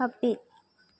ᱦᱟᱹᱯᱤᱫ